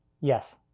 Yes